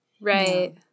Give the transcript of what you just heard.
Right